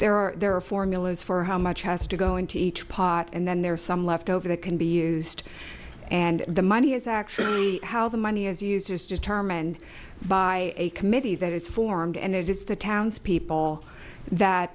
there are there are formulas for how much has to go into each pot and then there are some left over that can be used and the money is actually how the money is users determined by a committee that is formed and it is the townspeople that